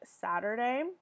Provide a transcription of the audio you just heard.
Saturday